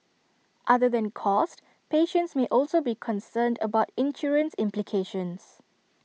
other than cost patients may also be concerned about insurance implications